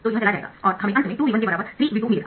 तो यह चला जाएगा और हमें अंत में 2V1 के बराबर 3×V2 मिलेगा